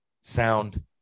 sound